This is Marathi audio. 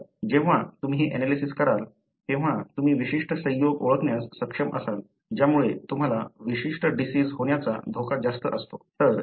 तर जेव्हा तुम्ही हे एनालिसिस कराल तेव्हा तुम्ही विशिष्ट संयोग ओळखण्यास सक्षम असाल ज्यामुळे तुम्हाला विशिष्ट डिसिज होण्याचा धोका जास्त असतो